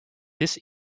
this